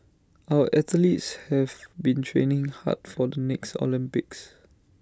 our athletes have been training hard for the next Olympics